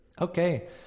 Okay